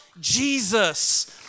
Jesus